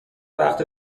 وقت